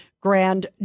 grand